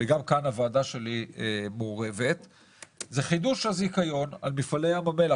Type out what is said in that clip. זה חידוש הזיכיון של מפעלי ים המלח.